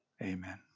Amen